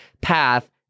path